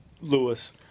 lewis